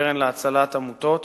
הקרן להצלת עמותות.